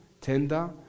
tender